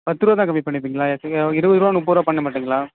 பத்து ரூபா தான் கம்மி பண்ணிப்பிங்களா இருபது ரூபா முப்பது ரூபா பண்ண மாட்டிங்களா